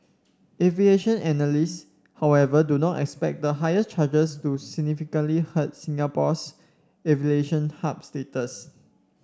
aviation analysts however do not expect the higher charges to significantly hurt Singapore's aviation hub status